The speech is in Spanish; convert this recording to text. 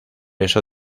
eso